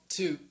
two